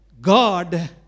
God